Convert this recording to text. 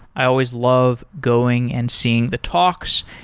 i always love going and seeing the talks,